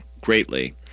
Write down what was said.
greatly